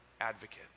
advocate